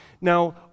Now